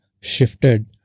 shifted